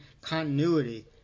continuity